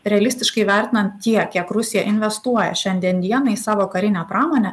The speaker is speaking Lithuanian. realistiškai vertinant tiek kiek rusija investuoja šiandien dienai savo karinę pramonę